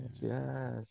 yes